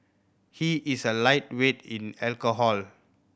he is a lightweight in alcohol